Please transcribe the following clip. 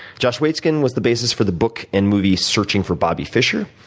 josh waitzkin was the basis for the book and movie searching for bobby fisher.